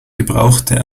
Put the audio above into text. gebrauchte